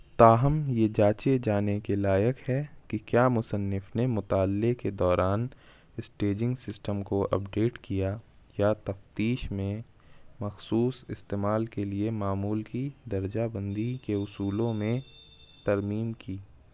تاہم یہ جاچے جانے کے لائق ہے کہ کیا مصنف نے مطالعے کے دوران اسٹیجنگ سسٹم کو اپڈیٹ کیا یا تفتیش میں مخصوص استعمال کے لیے معمول کی درجہ بندی کے اصولوں میں ترمیم کی